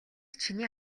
чиний